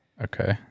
Okay